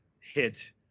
hit